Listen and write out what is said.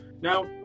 Now